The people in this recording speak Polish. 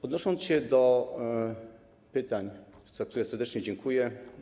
Odniosę się do pytań, za które serdecznie dziękuję.